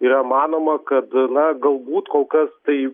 yra manoma kad na galbūt kol kas tai